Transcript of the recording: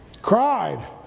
cried